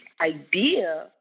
idea